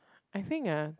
I think ah